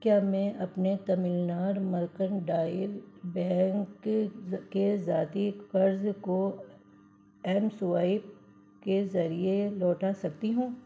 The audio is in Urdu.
کیا میں اپنے تمل ناڈ مرکنڈائل بینک کے کے ذاتی قرض کو ایم سوائیپ کے ذریعے لوٹا سکتی ہوں